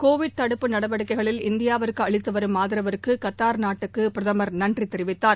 Covid தடுப்பு நடவடிக்கைகளில் இந்தியாவிற்குஅளித்துவரும் ஆதரவுக்காககத்தார் நாட்டிற்குபிரதமர் நன்றிதெரித்தார்